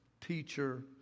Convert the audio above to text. teacher